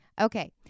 Okay